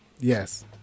Yes